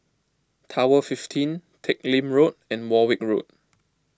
Tower fifteen Teck Lim Road and Warwick Road